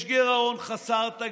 יש גירעון חסר תקדים,